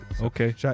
okay